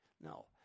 No